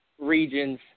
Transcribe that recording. region's